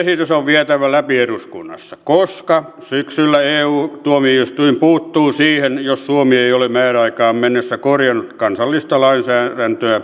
esitys on vietävä läpi eduskunnassa koska syksyllä eu tuomioistuin puuttuu siihen jos suomi ei ole määräaikaan mennessä korjannut kansallista lainsäädäntöä